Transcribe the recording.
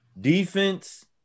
defense